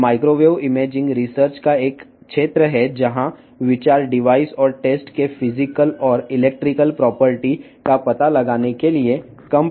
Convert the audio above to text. microwave imaging అనేది ఒక పరిశోధనా రంగం ఇక్కడ పరికరం యొక్క భౌతిక మరియు విద్యుత్ లక్షణాలను గుర్తించడానికి తక్కువ శక్తిని ఉపయోగించుకోవాలనే ఆలోచన ఉంది